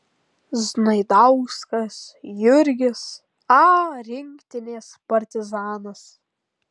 znaidauskas jurgis a rinktinės partizanas